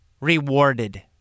rewarded